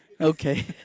Okay